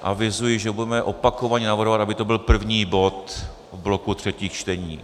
Avizuji, že budeme opakovaně navrhovat, aby to byl první bod bloku třetích čtení.